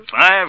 Five